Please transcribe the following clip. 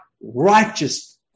righteous